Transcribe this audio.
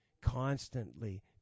constantly